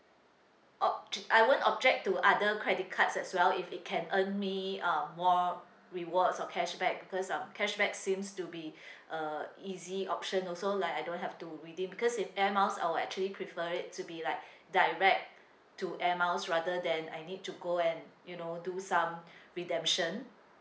o~ I won't object to other credit cards as well if it can earn me uh more rewards or cashback because um cashback seems to be uh easy option also like I don't have to redeem because if air miles I will actually prefer it to be like direct to air miles rather than I need to go and you know do some redemption